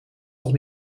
toch